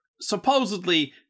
supposedly